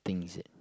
things that